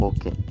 Okay